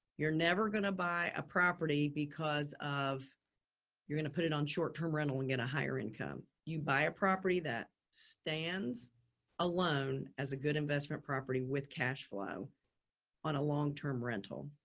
you're never going to buy a property because of you're going to put it on short term rental and get a higher income. you buy a property that stands alone as a good investment property with cashflow on a longterm rental.